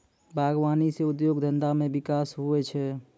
बागवानी से उद्योग धंधा मे बिकास हुवै छै